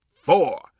four